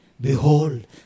behold